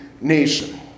nation